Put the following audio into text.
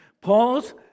Paul's